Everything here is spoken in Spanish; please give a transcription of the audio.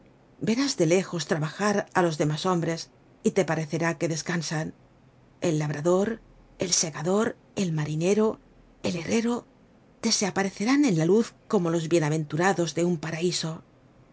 verás de lejos trabajar á los demás hombres y te parecerá que descansan el labrador el segador el marinero el herrero te se aparecerán en la luz como los bienaventurados de un paraiso